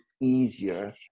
easier